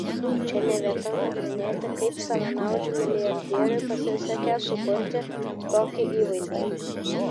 čia ne vieta nagrinėti kaip savanaudžiui milijardieriui pasisekė sukurti tokį įvaizdį